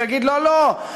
שיגיד: לא לא,